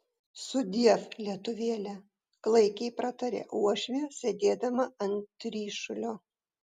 sudiev lietuvėle klaikiai pratarė uošvė sėdėdama ant ryšulio